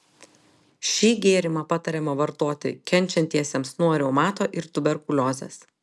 šį gėrimą patariama vartoti kenčiantiesiems nuo reumato ir tuberkuliozės